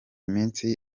minsi